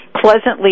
pleasantly